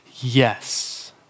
yes